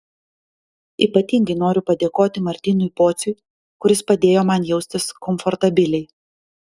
ypatingai noriu padėkoti martynui pociui kuris padėjo man jaustis komfortabiliai